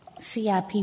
CIP